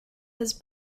his